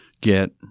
get